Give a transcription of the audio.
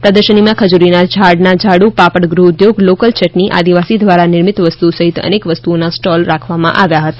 પ્રર્દશનીમાં ખજૂરી ના ઝાડ ના ઝાડુપાપડ ગૃહ ઉધોગ લોકલ યટની આદિવાસી દ્રારા નિર્મિત વસ્તુઓ સહિત અનેક વસ્તુઓ ના સ્ટોલમાં મુકવામાં આવી હતી